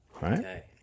right